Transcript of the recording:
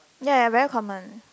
ya ya very common